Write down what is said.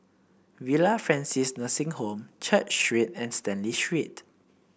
Villa Francis Nursing Home Church Street and Stanley Street